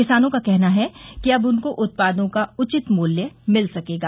किसानों का कहना है कि अब उनको उत्पादों का उचित मूल्य मिल सकेगा